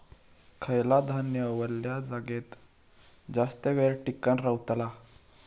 खयला धान्य वल्या जागेत जास्त येळ टिकान रवतला?